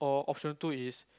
for option two is